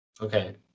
okay